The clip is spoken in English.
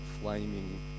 flaming